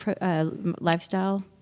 lifestyle